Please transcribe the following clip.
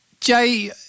Jay